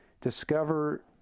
discover